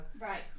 right